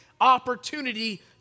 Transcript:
opportunity